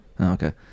Okay